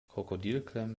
krokodilklemmen